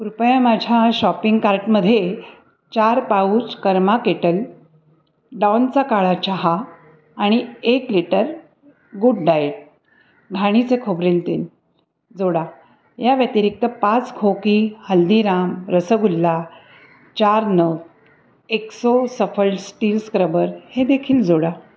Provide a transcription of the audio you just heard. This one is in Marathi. कृपया माझ्या शॉपिंग कार्टमध्ये चार पाउच कर्मा केटल डॉनचा काळा चहा आणि एक लिटर गुडडाएट घाणीचे खोबरेल तेल जोडा या व्यतिरिक्त पाच खोकी हल्दीराम रसगुल्ला चार नग एक्सो सफल स्टील स्क्रबर हे देखील जोडा